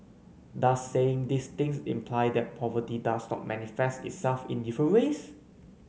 does saying these things imply that poverty does not manifest itself in different ways